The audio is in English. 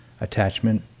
attachment